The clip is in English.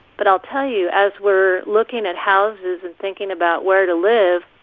but i'll tell you, as we're looking at houses and thinking about where to live,